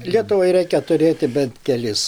lietuvai reikia turėti bent kelis